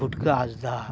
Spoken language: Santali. ᱯᱩᱴᱠᱟᱹ ᱦᱟᱸᱥᱫᱟ